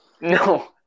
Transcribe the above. No